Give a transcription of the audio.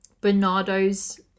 Bernardo's